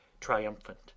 triumphant